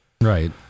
Right